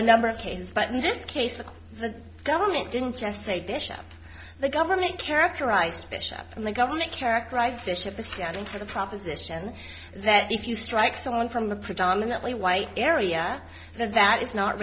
a number of cases but in this case the government didn't just say bishop the government characterized bishop from the government characterized bishop it's getting to the proposition that if you strike someone from the predominantly white area that that is not